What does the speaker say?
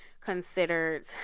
considered